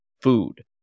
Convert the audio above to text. food